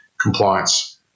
compliance